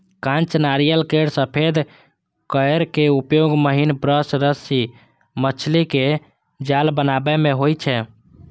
कांच नारियल केर सफेद कॉयर के उपयोग महीन ब्रश, रस्सी, मछलीक जाल बनाबै मे होइ छै